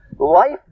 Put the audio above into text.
Life